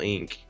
Inc